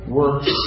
works